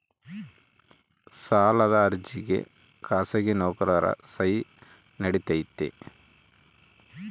ಸಾಲದ ಅರ್ಜಿಗೆ ಖಾಸಗಿ ನೌಕರರ ಸಹಿ ನಡಿತೈತಿ?